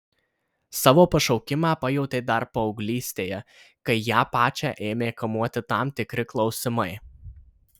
savo pašaukimą pajautė dar paauglystėje kai ją pačią ėmė kamuoti tam tikri klausimai